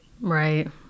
Right